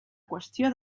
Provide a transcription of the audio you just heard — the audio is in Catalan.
qüestió